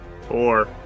Four